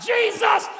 Jesus